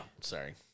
Sorry